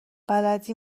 بلدی